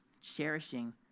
cherishing